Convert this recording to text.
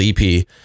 EP